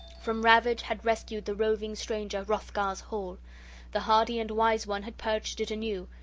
from ravage had rescued the roving stranger hrothgar's hall the hardy and wise one had purged it anew.